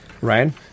ryan